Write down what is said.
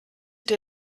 dir